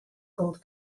gold